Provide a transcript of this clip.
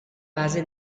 base